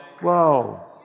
whoa